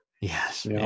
Yes